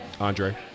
Andre